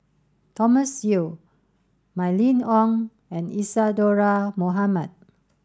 Thomas Yeo Mylene Ong and Isadhora Mohamed